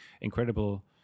incredible